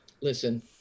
listen